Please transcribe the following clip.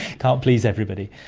can't please everybody.